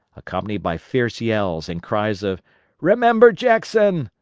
accompanied by fierce yells and cries of remember jackson!